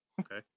Okay